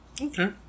Okay